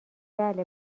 بله